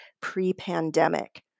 pre-pandemic